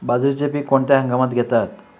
बाजरीचे पीक कोणत्या हंगामात घेतात?